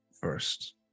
first